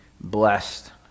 blessed